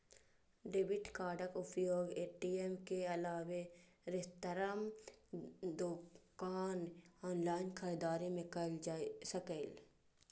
debit कार्डक उपयोग ATM के अलावे रेस्तरां, दोकान, ऑनलाइन खरीदारी मे कैल जा सकैए